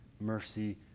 mercy